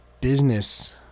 business